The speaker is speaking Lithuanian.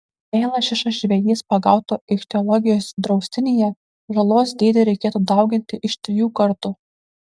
jei lašišą žvejys pagautų ichtiologijos draustinyje žalos dydį reikėtų dauginti iš trijų kartų